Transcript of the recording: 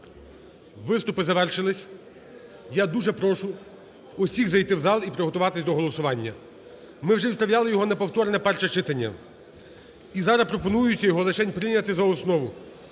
виступи завершились. Я дуже прошу усіх зайти в зал і приготуватись до голосування. Ми вже відправляли його на повторне перше читання і зараз пропонується його лишень прийняти за основу.